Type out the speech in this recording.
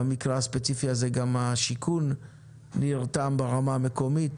במקרה הספציפי הזה גם השיכון נרתם ברמה המקומית.